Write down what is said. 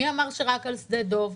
מי אמר שרק על שדה דב?